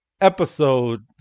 episode